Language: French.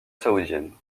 saoudienne